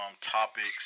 topics